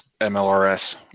MLRS